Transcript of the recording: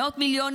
מאות מיליונים,